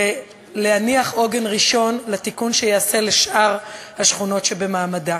להניח עוגן ראשון לתיקון שייעשה לשאר השכונות שבמעמדה,